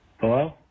Hello